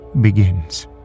begins